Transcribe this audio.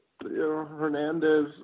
Hernandez